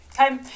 Okay